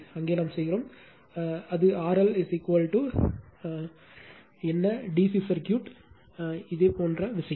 அங்கே நாம் செய்கிறோம் இதே போன்ற விஷயம்